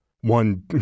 one